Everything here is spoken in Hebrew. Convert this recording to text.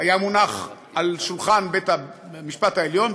היה מונח על שולחן בית-המשפט העליון,